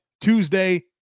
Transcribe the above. Tuesday